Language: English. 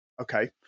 Okay